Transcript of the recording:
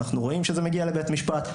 אנחנו רואים שזה מגיע לבית המשפט,